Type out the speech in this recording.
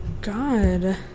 god